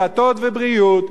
דתות ובריאות.